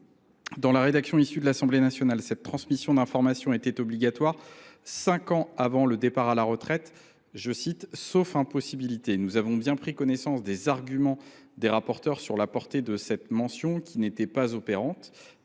Dans la rédaction issue de l’Assemblée nationale, cette transmission d’informations était obligatoire cinq ans avant le départ à la retraite, « sauf impossibilité ». Nous avons bien pris connaissance des arguments des rapporteurs sur la portée de cette mention : ils ont